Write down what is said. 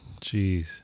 Jeez